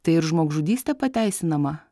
tai ir žmogžudystė pateisinama